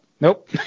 nope